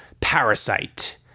Parasite